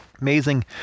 Amazing